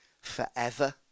forever